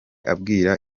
abwira